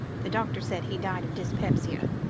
the doctor said he died of dyspepsia,